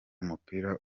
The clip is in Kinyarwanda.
umupira